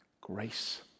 grace